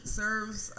serves